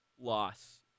loss